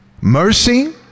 mercy